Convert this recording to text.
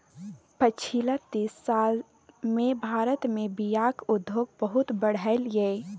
पछिला तीस साल मे भारत मे बीयाक उद्योग बहुत बढ़लै यै